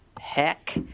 heck